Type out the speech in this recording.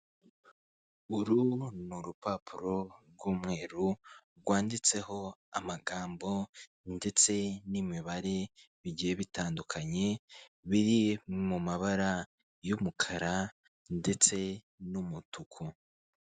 Uru ni urupapuro rw'umweru rwanditseho amagambo ndetse n'imibare bigiye bitandukanye biri mu mabara y'umukara ndetse n'umutuku.